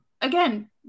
again